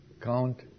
count